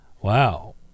Wow